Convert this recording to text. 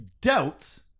doubts